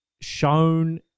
shown